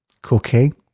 cooking